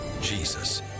Jesus